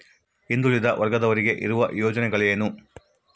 ಹಿಂದುಳಿದ ವರ್ಗದವರಿಗೆ ಇರುವ ಯೋಜನೆಗಳು ಏನು?